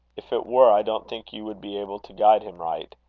if it were, i don't think you would be able to guide him right.